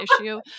issue